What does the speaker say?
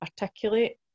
articulate